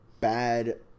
bad –